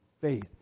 faith